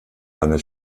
seiner